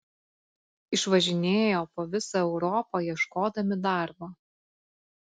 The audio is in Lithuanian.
išvažinėjo po visą europą ieškodami darbo